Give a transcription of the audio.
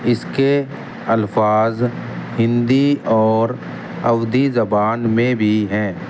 اس کے الفاظ ہندی اور اودی زبان میں بھی ہیں